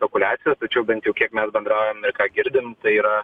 spekuliacijos tačiau bent jau kiek mes bendraujam ir ką girdim tai yra